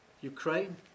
Ukraine